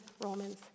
Romans